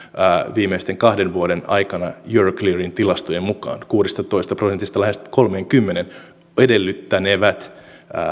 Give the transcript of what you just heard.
viimeisten kahden vuoden aikana euroclearin tilastojen mukaan kuudestatoista prosentista lähes kolmeenkymmeneen edellyttänevät